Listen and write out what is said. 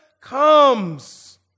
comes